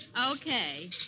Okay